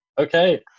Okay